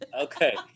okay